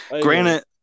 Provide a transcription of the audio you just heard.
granted